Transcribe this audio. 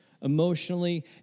Emotionally